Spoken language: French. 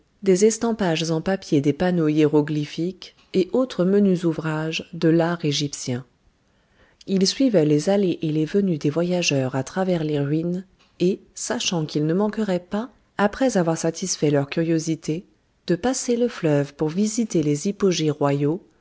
des estampages en papier de panneaux hiéroglyphiques et autres menus ouvrages de l'art égyptien il suivait les allées et les venues des voyageurs à travers les ruines et sachant qu'ils ne manqueraient pas après avoir satisfait leur curiosité de passer le fleuve pour visiter les hypogées royaux